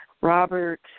Robert